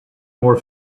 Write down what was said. more